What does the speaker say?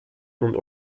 und